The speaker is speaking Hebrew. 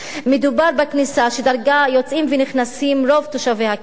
מדובר בכניסה שדרכה יוצאים ונכנסים רוב תושבי הכפר.